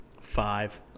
five